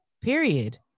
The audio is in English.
Period